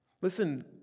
Listen